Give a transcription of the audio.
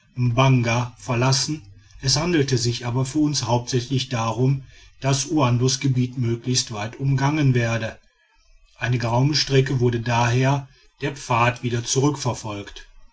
mbanga verlassen es handelte sich aber für uns hauptsächlich darum daß uandos gebiet möglichst weit umgangen werde eine geraume strecke wurde daher der pfad wieder zurückverfolgt